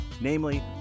namely